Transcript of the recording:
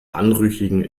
anrüchigen